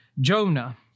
Jonah